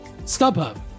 StubHub